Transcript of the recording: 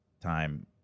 time